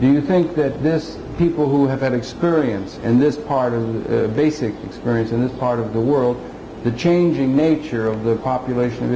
do you think that this people who have had experience in this part of the base experience in this part of the world the changing nature of the population of